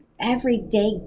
everyday